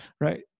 right